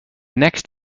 next